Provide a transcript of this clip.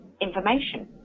information